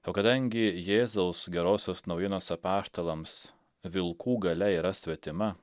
o kadangi jėzaus gerosios naujienos apaštalams vilkų galia yra svetima